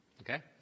Okay